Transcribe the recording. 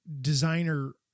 designer